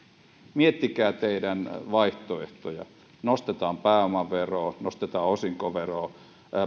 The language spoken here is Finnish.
miettikää teidän vaihtoehtojanne nostetaan pääomaveroa nostetaan osinkoveroa